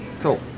Cool